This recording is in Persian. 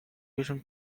برگشتم